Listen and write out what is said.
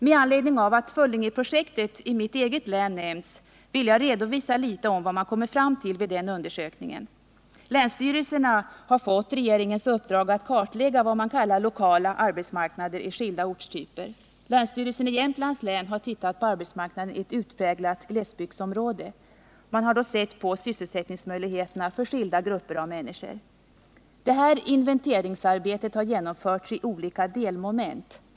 Med anledning av att Föllingeprojektet i mitt eget län nämnts vill jag redovisa litet av vad man kommit fram till vid den undersökningen. Länsstyrelserna har fått regeringens uppdrag att kartlägga vad man kallar lokala arbetsmarknader i skilda ortstyper. Länsstyrelsen i Jämtlands län har tittat på arbetsmarknaden i ett utpräglat glesbygdsområde. Man har då sett på sysselsättningsmöjligheterna för skilda grupper av människor. Det här inventeringsarbetet har genomförts i olika delmoment.